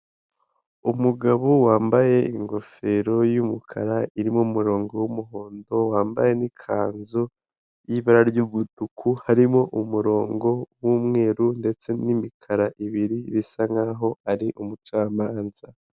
Umugabo wambaye ingofero y'umukara irimo umurongo w'umuhondo wambaye n'ikanzu y'ibara ry'umutuku harimo umurongo w'umweru ndetse n'imikara ibiri bisa nk'aho ari umucamanza.